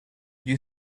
you